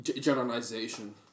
generalization